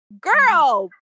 girl